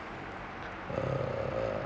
err